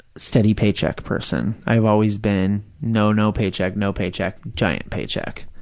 steady-paycheck person. i've always been no no paycheck, no paycheck, giant paycheck.